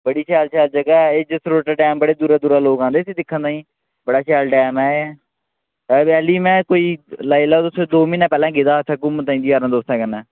बड़ी शैल शैल जगह ऐ जसरोटा डैम बड़े दूरा दूरा लोग आंदे इसी दिक्खन ताहीं बड़ा शैल डैम ऐ एह् ते अल्ली में कोई लाई लैओ में दो म्हीने पैह्लें गेदा हा इत्थें घूमन ताहीं यारें दोस्तें कन्नै